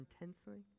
intensely